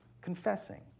confessing